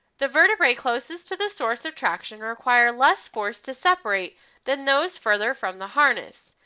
the vertebrae closest to the source of traction require less force to separate than those further from the harness,